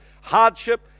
hardship